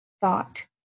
thought